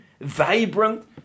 Vibrant